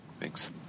Thanks